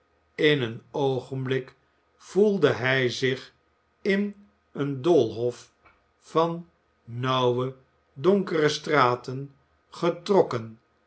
in een oogenblik voelde hij zich in een doolhof van nauwe donkere straten getrokken